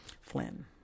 Flynn